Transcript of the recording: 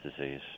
disease